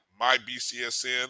MyBCSN